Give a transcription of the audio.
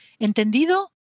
¿entendido